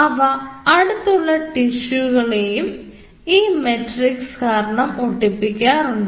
അവ അടുത്തുള്ള ടിഷ്യുകൾ ആയും ഈ മെട്രിക്സ് കാരണം ഒട്ടിപ്പിടിക്കാറുണ്ട്